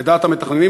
לדעת המתכננים,